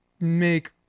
make